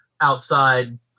outside